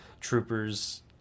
troopers